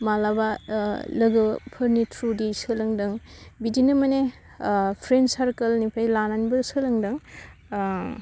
मालाबा लोगोफोरनि ट्रुडि सोलोंदों बिदिनो मानि फ्रेन्ड सारकोलनिफ्राय लानानैबो सोलोंदों